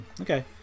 okay